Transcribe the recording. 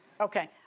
Okay